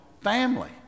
family